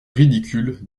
ridicules